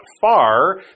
far